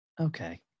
Okay